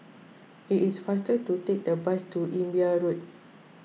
it is faster to take the bus to Imbiah Road